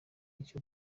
icyo